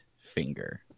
finger